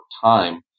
time